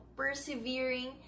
persevering